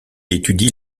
étudie